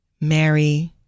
Mary